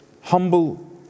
humble